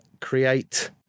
create